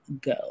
go